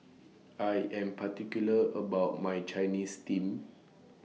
I Am particular about My Chinese Steamed